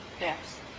Yes